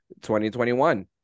2021